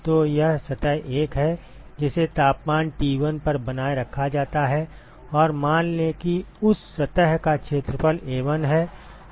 तो यह सतह 1 है जिसे तापमान T1 पर बनाए रखा जाता है और मान लें कि उस सतह का क्षेत्रफल A1 है